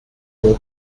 mon